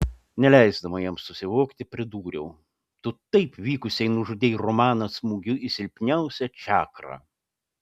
neleisdama jam susivokti pridūriau tu taip vykusiai nužudei romaną smūgiu į silpniausią čakrą